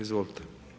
Izvolite.